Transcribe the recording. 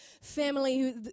family